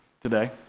today